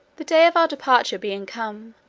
the day of our departure being come,